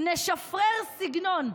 נשפרר סגנון.